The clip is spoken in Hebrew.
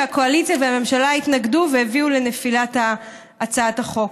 הקואליציה והממשלה התנגדו והביאו לנפילת הצעת החוק.